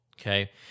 Okay